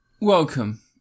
welcome